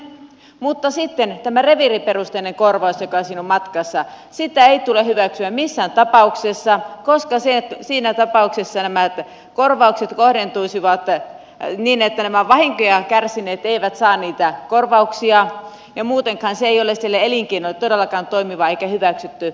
mutta sitten tätä reviiriperusteista korvausta joka siinä on matkassa ei tule hyväksyä missään tapauksessa koska siinä tapauksessa nämä korvaukset kohdentuisivat niin että nämä vahinkoja kärsineet eivät saa niitä korvauksia ja muutenkaan se ei ole sille elinkeinolle todellakaan toimiva eikä hyväksytty ratkaisu